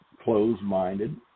closed-minded